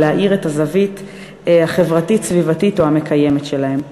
ולהאיר את הזווית החברתית-סביבתית או המקיימת שלהם.